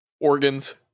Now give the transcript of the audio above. organs